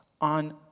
on